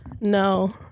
No